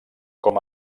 com